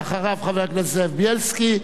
לאחריו, חבר הכנסת זאב בילסקי,